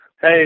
Hey